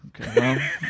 Okay